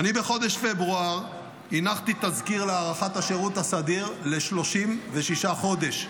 בחודש פברואר הנחתי תזכיר להארכת השירות הסדיר ל-36 חודש.